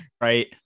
right